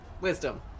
Wisdom